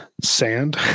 Sand